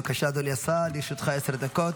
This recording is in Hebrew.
בבקשה, אדוני השר, לרשותך עשר דקות.